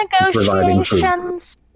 negotiations